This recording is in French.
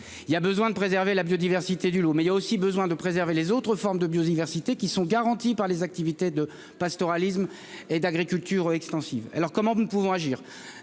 il y a besoin de préserver la biodiversité du lot, mais il a aussi besoin de préserver les autres formes de biodiversité qui sont garantis par les activités de pastoralisme et d'agriculture extensive, alors comment nous ne pouvons agir